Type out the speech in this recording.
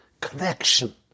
connection